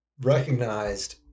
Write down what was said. recognized